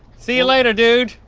see ya later, dude.